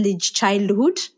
childhood